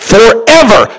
Forever